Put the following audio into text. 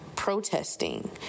protesting